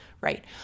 Right